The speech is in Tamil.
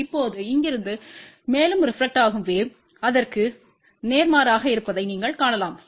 இப்போது இங்கிருந்து மேலும் ரெப்லக்டெட்க்கும் வேவ் அதற்கு நேர்மாறாக இருப்பதை நீங்கள் காணலாம்